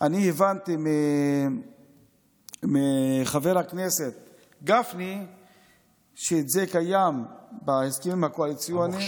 אני הבנתי מחבר הכנסת גפני שזה קיים בהסכמים הקואליציוניים,